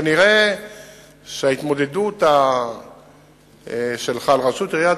שכנראה ההתמודדות שלך על ראשות עיריית